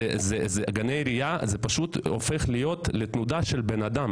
כי יכולה לבוא גננת במצב רוח רע ולהוציא את זה על הילדים